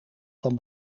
van